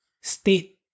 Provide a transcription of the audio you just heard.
state